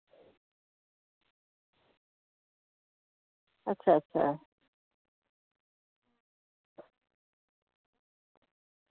अच्छा